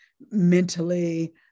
mentally